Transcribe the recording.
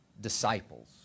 disciples